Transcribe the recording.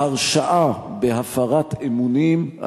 ההרשעה בהפרת אמונים,